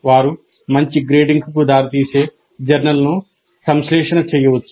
వారు మంచి గ్రేడింగ్కు దారితీసే జర్నల్ను సంశ్లేషణ చేయవచ్చు